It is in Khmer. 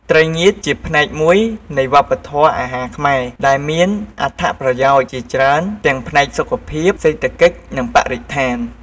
ត្រីងៀតជាផ្នែកមួយនៃវប្បធម៌អាហារខ្មែរ ដែលមានអត្ថប្រយោជន៍ជាច្រើនទាំងផ្នែកសុខភាព សេដ្ឋកិច្ច និងបរិស្ថាន។